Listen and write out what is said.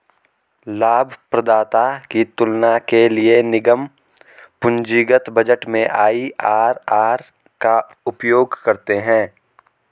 लाभप्रदाता की तुलना के लिए निगम पूंजीगत बजट में आई.आर.आर का उपयोग करते हैं